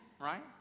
right